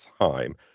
time